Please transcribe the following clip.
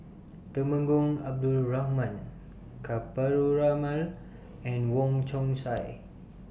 Temenggong Abdul Rahman Ka Perumal and Wong Chong Sai